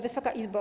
Wysoka Izbo!